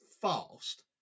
fast